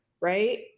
right